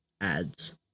Ads